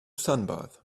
sunbathe